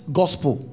gospel